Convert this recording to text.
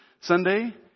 Sunday